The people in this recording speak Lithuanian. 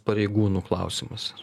pareigūnų klausimas